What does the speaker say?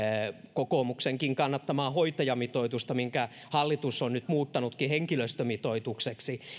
kokoomuksenkin kannattamaa hoitajamitoitusta minkä hallitus on nyt muuttanutkin henkilöstömitoitukseksi